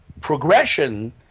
progression